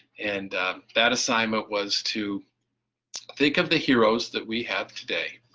and that assignment was to think of the heroes that we have today,